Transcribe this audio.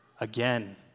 again